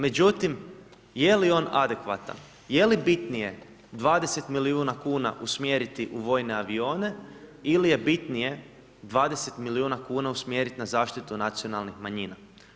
Međutim, je li on adekvatan, je li bitnije 20 milijuna kuna usmjeriti u vojne avione ili je bitnije 20 milijuna kuna usmjeriti na zaštitu nacionalnih manjina?